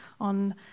on